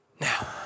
Now